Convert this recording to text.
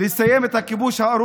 בושה, בושה,